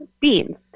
beans